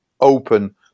open